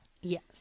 Yes